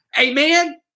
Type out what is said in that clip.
Amen